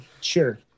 sure